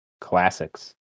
Classics